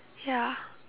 ya